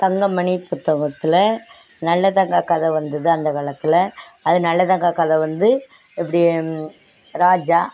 தங்கமணி புத்தகத்தில் நல்லதங்கா கதை வந்தது அந்தக் காலத்தில் அது நல்லதங்கா கதை வந்து இப்படி ராஜா